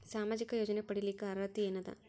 ಸಾಮಾಜಿಕ ಯೋಜನೆ ಪಡಿಲಿಕ್ಕ ಅರ್ಹತಿ ಎನದ?